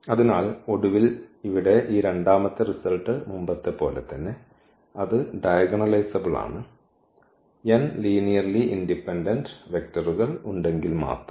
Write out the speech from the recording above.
അതിനാൽ ഒടുവിൽ ഇവിടെ ഈ രണ്ടാമത്തെ റിസൾട്ട് മുമ്പത്തെപ്പോലെ തന്നെ അത് ഡയഗണലൈസബ്ൾ ആണ് n ലീനിയർലി ഇൻഡിപെൻഡന്റ് വെക്റ്ററുകൾ ഉണ്ടെങ്കിൽ മാത്രം